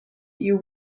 you